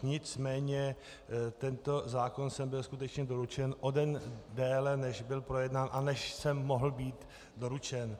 nicméně tento zákon sem byl skutečně doručen o den déle, než byl projednán a než sem mohl být doručen.